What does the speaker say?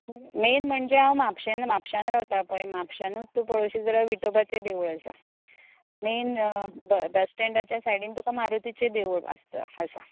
main म्हणजे हांव म्हापशा म्हापशांत रावता पळय म्हापश्यांतूच तूं पळोवशी जाल्यार विटोबाचें देवूळ आसा मेन बस स्टँडाचे सायडीन तुका मारुतीचें देवूळ आसा